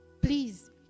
please